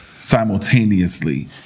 simultaneously